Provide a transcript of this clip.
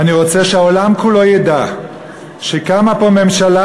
ואני רוצה שהעולם כולו ידע שקמה פה ממשלה,